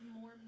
more